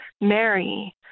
Mary